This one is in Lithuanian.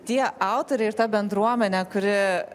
tie autoriai ir ta bendruomenė kuri